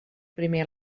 primer